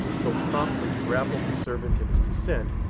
so promptly grappled the servant in his descent,